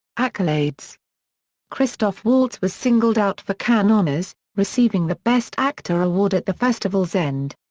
accolades christoph waltz was singled out for cannes honors, receiving the best actor award at the festival's end.